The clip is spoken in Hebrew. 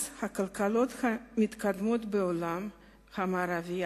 אז הכלכלות המתקדמות בעולם המערבי,